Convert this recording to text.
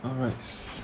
alright